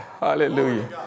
Hallelujah